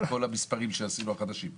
את כל המספרים החדשים שקבענו.